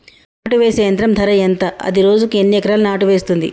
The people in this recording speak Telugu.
నాటు వేసే యంత్రం ధర ఎంత? అది రోజుకు ఎన్ని ఎకరాలు నాటు వేస్తుంది?